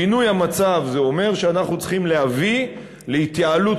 שינוי המצב זה אומר שאנחנו צריכים להביא להתייעלות